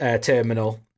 terminal